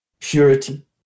purity